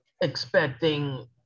expecting